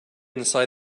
inside